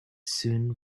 soon